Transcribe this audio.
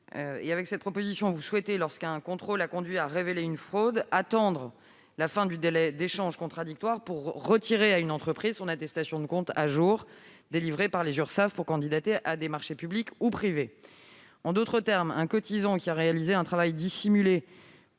été faite plusieurs fois. Vous demandez, lorsqu'un contrôle a conduit à révéler une fraude, que l'on attende la fin du délai d'échange contradictoire pour retirer à une entreprise son attestation de comptes à jour délivrée par les Urssaf pour candidater à des marchés publics ou privés. En d'autres termes, un cotisant qui a réalisé un travail dissimulé